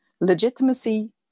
Legitimacy